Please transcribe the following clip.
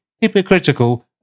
hypocritical